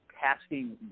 tasking